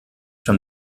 from